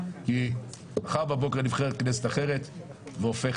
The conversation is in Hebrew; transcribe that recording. כי מחר בבוקר נבחרת כנסת אחרת והופכת